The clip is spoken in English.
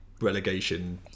relegation